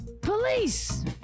police